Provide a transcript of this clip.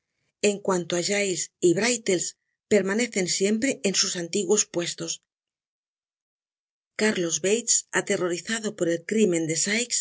en cuanto á giles y brilles permanecen siempre en sus antiguos puestos cárlos bates aterrorizado por el crimen de